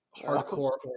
hardcore